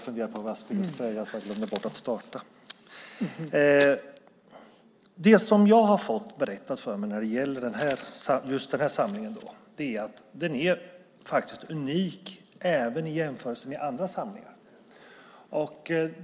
Fru talman! Det som jag har fått berättat för mig om den här samlingen är att den är unik även i jämförelse med andra samlingar.